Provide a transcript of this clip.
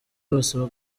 basaba